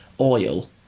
oil